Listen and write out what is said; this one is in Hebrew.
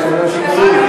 זה ספר מצוין.